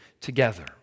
together